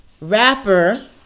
Rapper